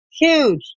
Huge